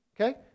Okay